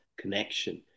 connection